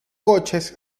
coches